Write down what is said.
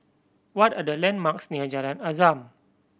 what are the landmarks near Jalan Azam